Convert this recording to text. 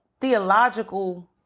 theological